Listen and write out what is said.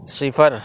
صفر